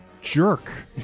jerk